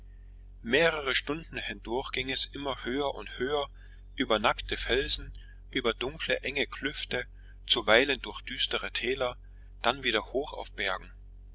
mehrere stunden hindurch ging es immer höher und höher über nackte felsen durch dunkle enge klüfte zuweilen durch düstere täler dann wieder hoch auf bergen